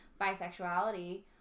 bisexuality